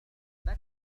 تركت